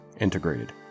integrated